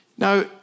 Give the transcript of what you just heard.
Now